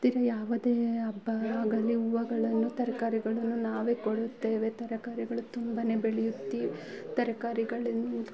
ಹತ್ತಿರ ಯಾವುದೇ ಹಬ್ಬ ಆಗಲಿ ಹೂವುಗಳನ್ನು ತರಕಾರಿಗಳನ್ನು ನಾವೇ ಕೊಡುತ್ತೇವೆ ತರಕಾರಿಗಳು ತುಂಬನೇ ಬೆಳೆಯುತ್ತೆ ತರಕಾರಿಗಳಿಂದ